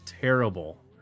terrible